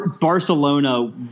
Barcelona